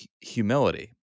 humility